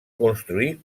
construir